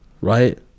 Right